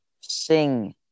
Sing